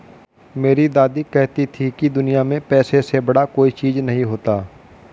मेरी दादी कहती थी कि दुनिया में पैसे से बड़ा कोई चीज नहीं होता